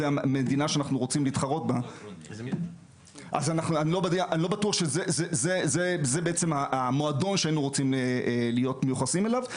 ואני לא בטוח שזה המועדון שהיינו רוצים להיות מיוחסים אליו.